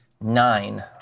Nine